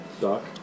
doc